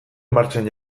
martxan